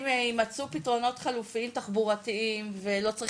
שבאמת אם יימצאו פתרונות תחבורתיים חלופיים ולא נצטרך